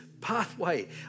pathway